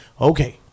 okay